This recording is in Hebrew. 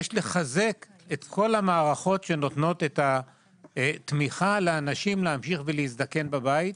יש לחזק את כל המערכות שנותנות תמיכה לאנשים להמשיך ולהזדקן בבית,